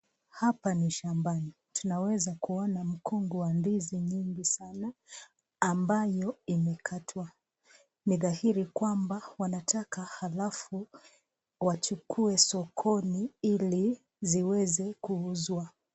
Hapa ni shambani tunaweza kuona mkungu wa ndizi mingi sana ambayo imekatwa ni dhahiri kwamba wanataka halafu wachukue sokoni ili ziweze kuuzwa.